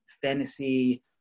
fantasy